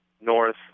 north